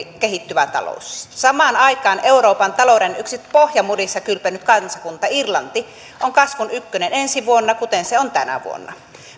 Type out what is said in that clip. kehittyvä talous samaan aikaan euroopan talouden yksi pohjamudissa kylpenyt kansakunta irlanti on kasvun ykkönen ensi vuonna kuten se on tänä vuonna